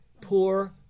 Poor